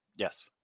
Yes